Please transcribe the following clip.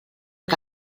que